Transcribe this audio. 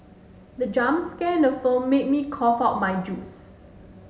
the jump scare in the film made me cough out my juice